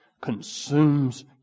consumes